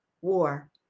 war